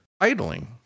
idling